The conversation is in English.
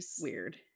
weird